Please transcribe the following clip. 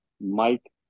Mike